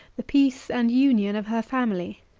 the peace and union of her family.